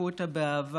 ועטפו אותה באהבה,